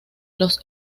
los